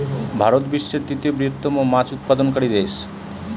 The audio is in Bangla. ভারত বিশ্বের তৃতীয় বৃহত্তম মাছ উৎপাদনকারী দেশ